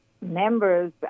members